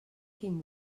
quin